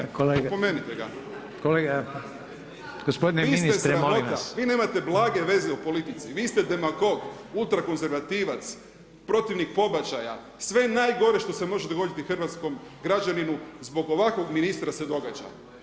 Vi ste sramota, vi nemate blage veze o politici, vi ste demagog, ultrakonzervativac, protivnik pobačaja, sve najgore što se može dogoditi hrvatskom građaninu, zbog ovakvog ministra se događa.